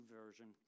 version